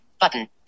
Button